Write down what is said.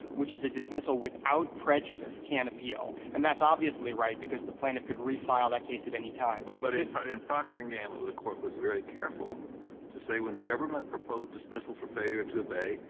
which is a dismissal without prejudice, can appeal. and that's obviously right, because the plaintiff could refile that case at any time. kennedy but but in in procter and gamble, the court was very careful to say when the government proposed dismissal for failure to obey,